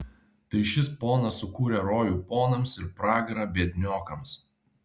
tai šis ponas sukūrė rojų ponams ir pragarą biedniokams